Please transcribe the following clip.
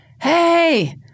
hey